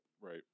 Right